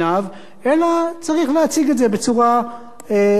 אלא צריך להציג את זה בצורה קצת שונה,